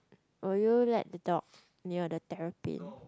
will you let the dogs near the terrapin